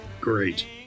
great